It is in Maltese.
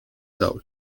dawl